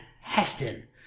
Heston